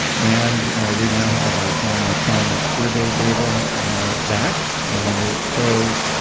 and we now have our family climate survey data back, and it shows